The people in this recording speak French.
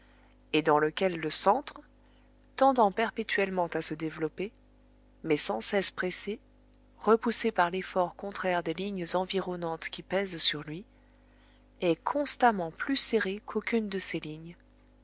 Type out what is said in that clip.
et dans lequel le centre tendant perpétuellement à se développer mais sans cesse pressé repoussé par l'effort contraire des lignes environnantes qui pèsent sur lui est constamment plus serré qu'aucune de ces lignes